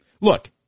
Look